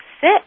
sit